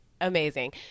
amazing